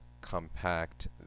compact